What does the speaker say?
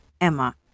Emma